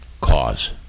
cause